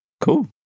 Cool